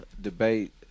debate